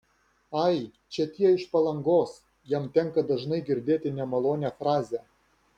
ai čia tie iš palangos jam tenka dažnai girdėti nemalonią frazę